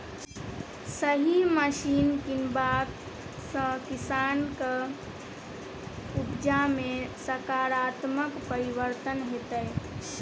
सही मशीन कीनबाक सँ किसानक उपजा मे सकारात्मक परिवर्तन हेतै